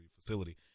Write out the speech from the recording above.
facility